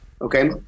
okay